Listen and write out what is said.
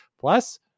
plus